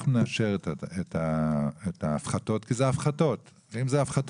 אנחנו נאשר את ההפחתות כי אלה הפחתות - אם אלה הפחתות,